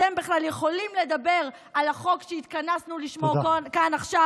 אתם בכלל יכולים לדבר על החוק שהתכנסנו לשמוע כאן עכשיו,